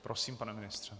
Prosím, pane ministře.